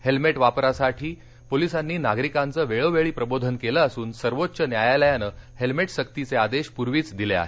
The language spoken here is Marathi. हेल्मेट वापरासाठी पोलिसांनी नागरिकांचं वेळोवेळी प्रबोधन केलं असुन सर्वोच्च न्यायालयानं हेल्मेट सक्तीचे आदेश पूर्वीच दिले आहेत